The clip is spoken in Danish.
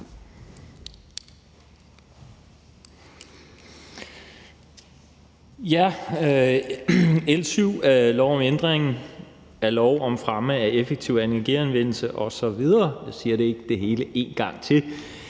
L 7 er lov om ændring af lov om fremme af effektiv energianvendelse osv. – jeg siger ikke det hele en gang til.